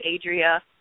Adria